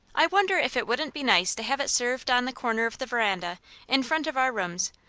i wonder if it wouldn't be nice to have it served on the corner of the veranda in front of our rooms,